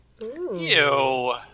Ew